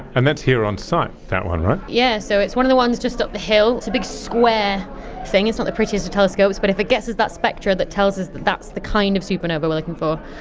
and that's here on site, that one, right? yes, so it's one of the ones just up the hill, it's a big square thing, it's not the prettiest of telescopes, but if it gets us that spectra that tells us that that's the kind of supernova we're looking for,